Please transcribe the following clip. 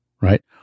right